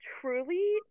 truly